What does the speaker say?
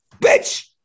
bitch